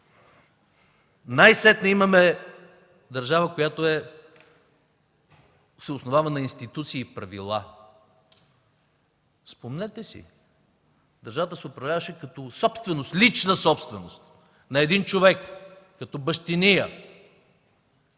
Най-сетне имаме държава, която се основава на институции и правила. Спомнете си – държавата се управляваше като лична собственост на един човек, като бащиния.